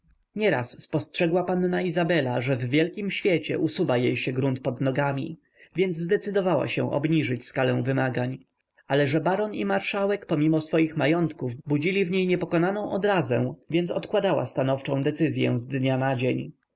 teraz spostrzegła panna izabela że w wielkim świecie usuwa jej się grunt pod nogami więc zdecydowała się obniżyć skalę wymagań ale że baron i marszałek pomimo swoich majątków budzili w niej niepokonaną odrazę więc odkładała stanowczą decyzyą z dnia na dzień